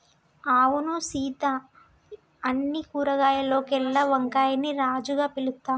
అవును సీత అన్ని కూరగాయాల్లోకెల్లా వంకాయని రాజుగా పిలుత్తాం